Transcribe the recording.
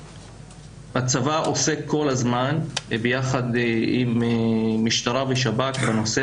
הצבא עושה כל הזמן ביחד עם משטרה ושב"כ בנושא